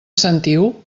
sentiu